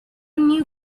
new